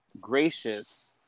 gracious